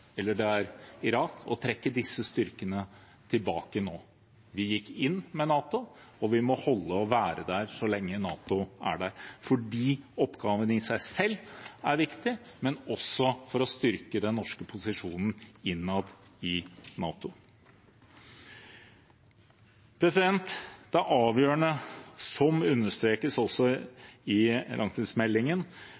eller Irak – å trekke disse styrkene tilbake nå. Vi gikk inn med NATO, og vi må være der så lenge NATO er der, fordi oppgavene i seg selv er viktige, men også for å styrke den norske posisjonen innad i NATO. Vi er – noe som også understrekes